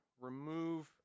remove